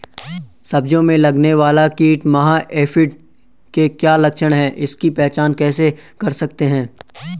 सब्जियों में लगने वाला कीट माह एफिड के क्या लक्षण हैं इसकी पहचान कैसे कर सकते हैं?